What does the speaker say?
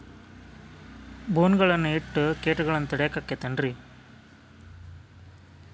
ಬೋನ್ ಗಳನ್ನ ಇಟ್ಟ ಕೇಟಗಳನ್ನು ತಡಿಯಾಕ್ ಆಕ್ಕೇತೇನ್ರಿ?